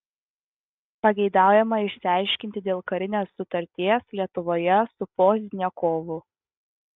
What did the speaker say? pageidaujama išsiaiškinti dėl karinės sutarties lietuvoje su pozdniakovu